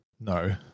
no